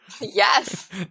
yes